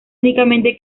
únicamente